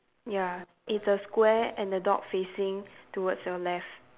ya it's a square and the dog facing toward your left